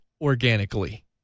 organically